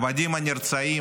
העבדים הנרצעים,